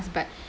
but